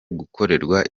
gukorerwa